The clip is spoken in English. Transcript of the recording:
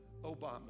Obama